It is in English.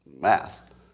math